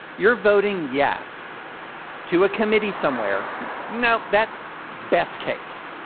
you're voting yes to a committee somewhere no, that's best case.